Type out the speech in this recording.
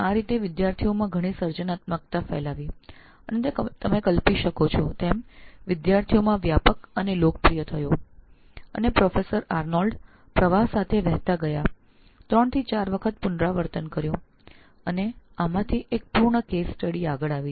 આ રીતે વિદ્યાર્થીઓમાં ઘણી સર્જનત્મકતા પ્રગટ થયી અને આપ સમજી શકો છો તેમ વ્યાપક રીતે લોકપ્રિય બન્યું પ્રોફેસર આર્નોલ્ડ પ્રવાહ સાથે પ્રવાહ સાથે આગળ વધતા ગયા ત્રણથી ચાર વખત પુનરાવર્તન કર્યું અને આમાંથી એક સંપૂર્ણ કેસ અધ્યયન એ આકાર લીધો છે